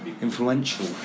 Influential